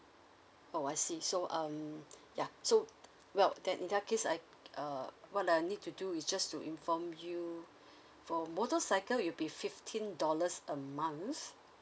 oh I see so um yeah so well in that case I uh what I need to do is just to inform you for motorcycle you'll be fifteen dollars a month